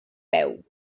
peu